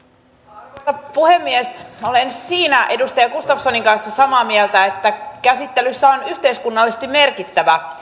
arvoisa puhemies olen siinä edustaja gustafssonin kanssa samaa mieltä että käsittelyssä on yhteiskunnallisesti merkittävä